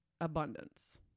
abundance